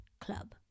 club